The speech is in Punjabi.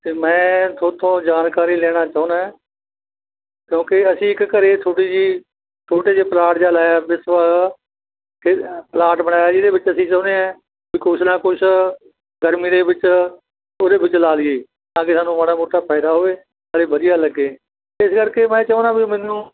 ਅਤੇ ਮੈਂ ਥੋਤੋਂ ਜਾਣਕਾਰੀ ਲੈਣਾ ਚਾਹੁੰਦਾ ਕਿਉਂਕਿ ਅਸੀਂ ਇੱਕ ਘਰ ਛੋਟੀ ਜਿਹੀ ਛੋਟੇ ਜਿਹੇ ਪਲਾਟ ਜਿਹਾ ਲਾਇਆ ਬਿਸਵਾ ਪਲਾਟ ਬਣਾਇਆ ਜਿਹਦੇ ਵਿੱਚ ਅਸੀਂ ਚਾਹੁੰਦੇ ਹਾਂ ਵੀ ਕੁਛ ਨਾ ਕੁਛ ਗਰਮੀ ਦੇ ਵਿੱਚ ਉਹਦੇ ਵਿੱਚ ਲਾ ਲਈਏ ਤਾਂ ਕਿ ਸਾਨੂੰ ਮਾੜਾ ਮੋਟਾ ਫਾਇਦਾ ਹੋਵੇ ਨਾਲ ਵਧੀਆ ਲੱਗੇ ਇਸ ਕਰਕੇ ਮੈਂ ਚਾਹੁੰਦਾ ਬਈ ਮੈਨੂੰ